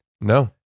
No